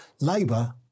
Labour